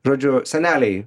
žodžiu seneliai